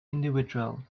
individual